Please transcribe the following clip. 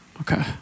okay